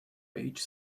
each